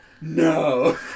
No